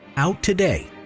out today!